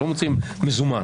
הם לא מוציאים מזומן.